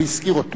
הוא הזכיר אותו.